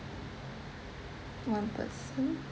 one person